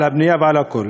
על הבנייה ועל הכול.